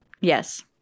Yes